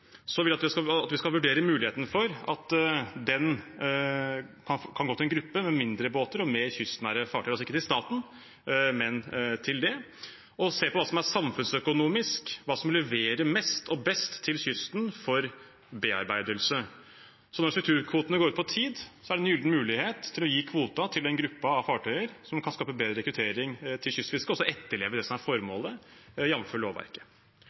skal vi vurdere muligheten for at den kan gå til en gruppe med mindre båter og mer kystnære fartøy – altså ikke til staten, men til det – og se på hva som er samfunnsøkonomisk, hva som leverer mest og best til kysten for bearbeidelse. Når strukturkvotene går ut på tid, er det en gyllen mulighet til å gi kvoten til en gruppe av fartøyer som kan skape bedre rekruttering til kystfisket, og også etterleve det som er formålet, jf. lovverket.